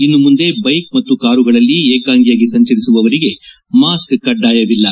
ಇನ್ನು ಮುಂದೆ ಬೈಕ್ ಮತ್ತು ಕಾರುಗಳಲ್ಲಿ ಏಕಾಂಗಿಯಾಗಿ ಸಂಚರಿಸುವವರಿಗೆ ಮಾಸ್ಕ್ ಕಡ್ಡಾಯವಿಲ್ಲ